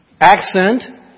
accent